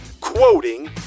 quoting